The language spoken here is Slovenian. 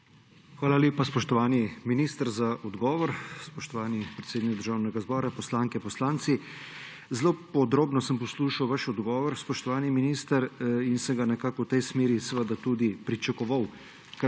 Hvala lepa, spoštovani minister za odgovor. Spoštovani predsednik Državnega zbora, poslanke, poslanci! Zelo podrobno sem poslušal vaš odgovor spoštovani minister in sem ga nekako v tej smeri tudi pričakoval.